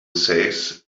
says